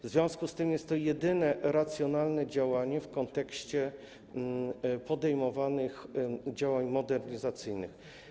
W związku z tym jest to jedyne racjonalne działanie w kontekście podejmowanych działań modernizacyjnych.